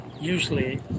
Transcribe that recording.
usually